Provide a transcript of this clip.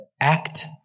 act